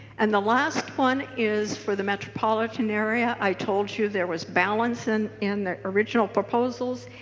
and the last one is for the metropolitan area. i told you there was balance and in the original proposals.